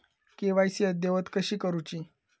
KYC अद्ययावत कशी करुची?